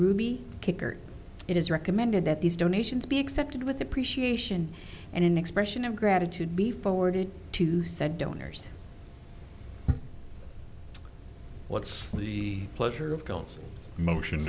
ruby kicker it is recommended that these donations be accepted with appreciation and an expression of gratitude be forwarded to said donors what's the pleasure of gulls motion